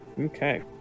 Okay